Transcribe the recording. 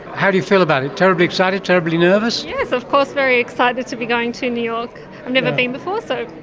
how do you feel about it? terribly excited? terribly nervous? yes of course, very excited to be going to new york, i've never been before, so,